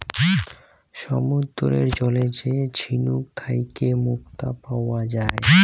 সমুদ্দুরের জলে যে ঝিলুক থ্যাইকে মুক্তা পাউয়া যায়